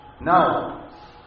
Now